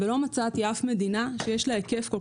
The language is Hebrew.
ולא מצאתי אף מדינה שיש לה היקף כל